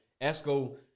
Esco